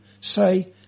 say